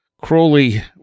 Crowley